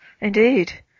Indeed